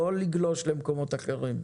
לא לגלוש למקומות אחרים.